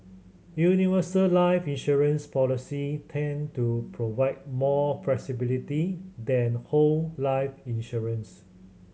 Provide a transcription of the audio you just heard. universal life insurance policy tend to provide more flexibility than whole life insurance